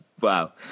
wow